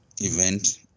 event